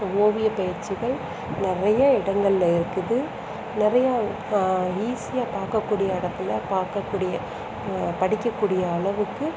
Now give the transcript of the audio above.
ஓவிய பயிற்சிகள் நிறைய இடங்களில் இருக்குது நிறையா ஈசியாக பார்க்கக்கூடிய இடத்துல பார்க்கக்கூடிய படிக்க கூடிய அளவுக்கு